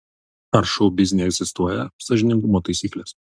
ar šou biznyje egzistuoja sąžiningumo taisyklės